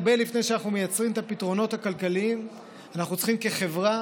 הרבה לפני שאנחנו מייצרים את הפתרונות הכלכליים אנחנו צריכים כחברה